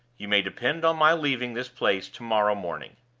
you may depend on my leaving this place to-morrow morning.